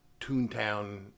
Toontown